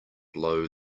blow